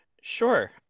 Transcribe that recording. Sure